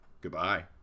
Goodbye